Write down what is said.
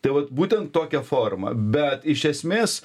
tai vat būtent tokia forma bet iš esmės